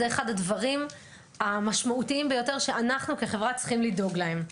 זה אחד הדברים המשמעותיים ביותר שאנחנו כחברה צריכים לדאוג להם.